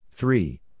Three